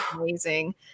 amazing